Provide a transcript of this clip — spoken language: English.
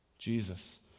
Jesus